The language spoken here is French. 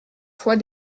fois